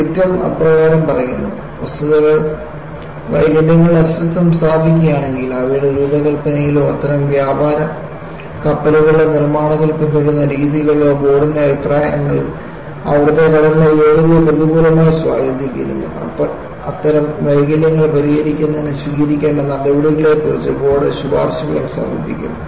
dictum ഇപ്രകാരം പറയുന്നു 'വസ്തുതകൾ വൈകല്യങ്ങളുടെ അസ്തിത്വം സ്ഥാപിക്കുകയാണെങ്കിൽ അവയുടെ രൂപകൽപ്പനയിലോ അത്തരം വ്യാപാര കപ്പലുകളുടെ നിർമ്മാണത്തിൽ പിന്തുടരുന്ന രീതികളിലോ ബോർഡിന്റെ അഭിപ്രായത്തിൽ അവിടത്തെ കടലിന്റെ യോഗ്യതയെ പ്രതികൂലമായി സ്വാധീനിക്കുന്നു അത്തരം വൈകല്യങ്ങൾ പരിഹരിക്കുന്നതിന് സ്വീകരിക്കേണ്ട നടപടികളെക്കുറിച്ച് ബോർഡ് ശുപാർശകളും സമർപ്പിക്കും